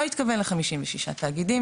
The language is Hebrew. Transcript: לא התכוון ל- 56 תאגידים,